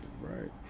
right